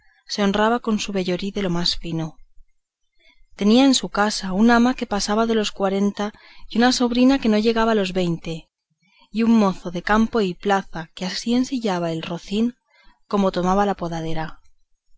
se honraba con su vellorí de lo más fino tenía en su casa una ama que pasaba de los cuarenta y una sobrina que no llegaba a los veinte y un mozo de campo y plaza que así ensillaba el rocín como tomaba la podadera